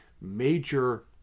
major